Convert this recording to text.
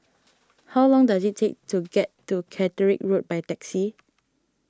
how long does it take to get to Catterick Road by taxi